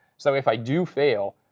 so if i do fail,